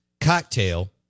cocktail